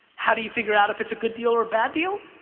how do you figure out if it's a good deal or a bad deal?